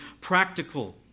practical